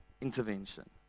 intervention